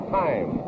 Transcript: time